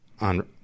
on